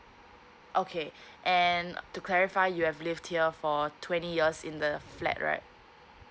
okay and to clarify you have lived here for twenty years in the flat right